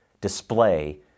display